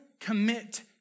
commit